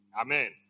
Amen